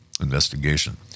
investigation